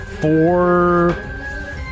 Four